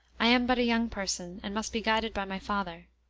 i am but a young person, and must be guided by my father.